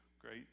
great